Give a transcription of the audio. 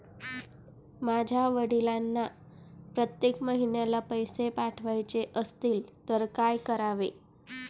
माझ्या वडिलांना प्रत्येक महिन्याला पैसे पाठवायचे असतील तर काय करावे?